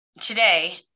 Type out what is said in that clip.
Today